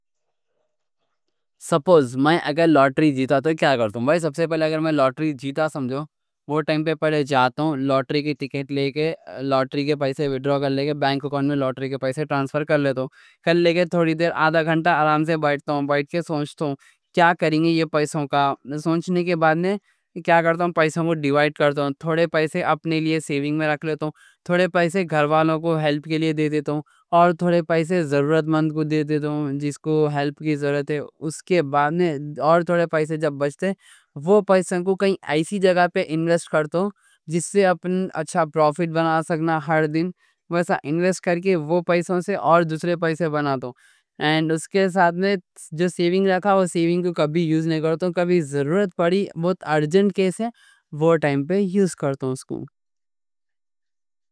سپوز میں اگر لوٹری جیتا تو کیا کرتا ہوں، بھائی، سمجھو سب سے پہلے لوٹری کی ٹکٹ لے کے لوٹری کے پیسے وِڈراؤ کر کے بینک اکاؤنٹ میں ٹرانسفر کر لے کے کر لے کے تو تھوڑی دیر، آدھا گھنٹہ، آرام سے بیٹھتا ہوں، بیٹھ کے سوچتا ہوں کیا کریں گے یہ پیسوں کا سوچنے کے بعد میں کیا کرتا ہوں، پیسوں کو ڈیوائٹ کرتا ہوں؛ تھوڑے پیسے اپنے لیے سیونگ میں رکھ لیتا ہوں، تھوڑے پیسے گھر والوں کو ہیلپ کے لیے دے دیتا ہوں، اور تھوڑے پیسے ضرورت مند کو دے دیتا ہوں جس کوں ہیلپ کی ضرورت ہے اس کے بعد میں اور تھوڑے پیسے جب بچتے، وہ پیسوں کو کائیں ایسی جگہ پے انویسٹ کرتا ہوں جس سے اپن اچھا پروفٹ بنا سکنا ہر دن انویسٹ کر کے وہ پیسوں سے اور دوسرے پیسے بناتا ہوں اور اس کے ساتھ میں جو سیونگ رہا ہے وہ سیونگ کوں کبھی یوز نہیں کرتا، کبھی ضرورت پڑی بہت ارجنٹ کیس ہے، وہ وَقْت پے یوز کرتا ہوں اس کوں